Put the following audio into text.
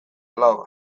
alaba